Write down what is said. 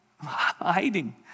hiding